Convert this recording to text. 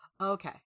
Okay